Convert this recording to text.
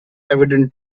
evident